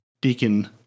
Deacon